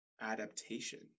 adaptation